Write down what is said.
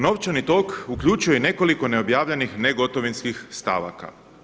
Novčani tok uključuje nekoliko neobjavljenih negotovinskih stavaka.